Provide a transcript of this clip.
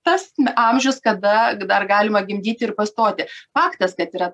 tas amžius kada dar galima gimdyti ir pastoti faktas kad yra